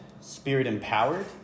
Spirit-empowered